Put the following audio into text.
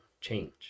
change